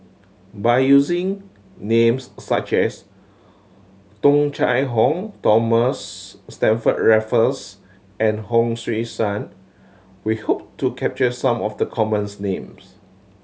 by using names such as Tung Chye Hong Thomas Stamford Raffles and Hon Sui Sen we hope to capture some of the commons names